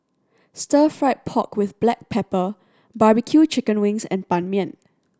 Stir Fried Pork With Black Pepper barbecue chicken wings and Ban Mian